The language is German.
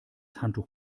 handtuch